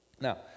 Now